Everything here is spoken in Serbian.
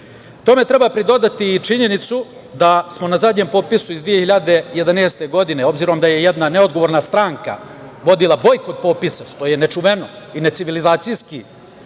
Tome treba pridodati i činjenicu da smo na zadnjem popisu iz 2011. godine, obzirom da je jedna neodgovorna stranka vodila bojkot popisa, što je nečuveno i necivilizacijski,